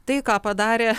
tai ką padarė